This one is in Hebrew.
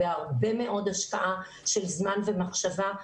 בהרבה מאוד השקעה של זמן ומחשבה.